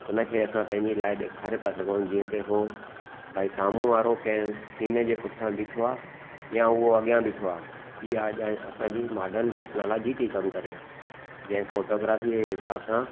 हुन खे असां पंहिंजे लाइ ॾिखारे था सघूं जीअं की हो भाई साम्हू वारो के सीन जे पुठीयां ॿिठो आहे या उहो अॻियां ॿिठो आहे इहा अॼु असां जी मॉडर्न टेक्नोलॉजी थी कमु करे जे फोटोग्राफ़ीअ जे हिसाब सां